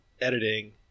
editing